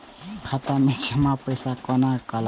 खाता मैं जमा पैसा कोना कल